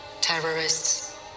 Terrorists